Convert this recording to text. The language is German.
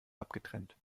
abgetrennt